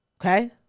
okay